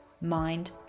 mind